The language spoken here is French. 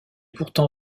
pourtant